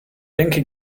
denke